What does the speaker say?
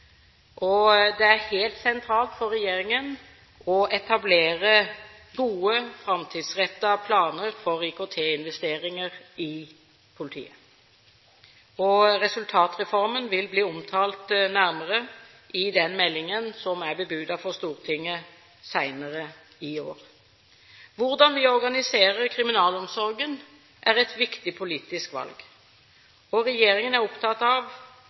Det er helt sentralt for regjeringen å etablere gode, framtidsrettede planer for IKT-investeringer i politiet. Resultatreformen vil bli omtalt nærmere i den meldingen som er bebudet for Stortinget senere i år. Hvordan vi organiserer kriminalomsorgen, er et viktig politisk valg. Regjeringen er opptatt av